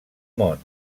món